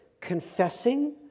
confessing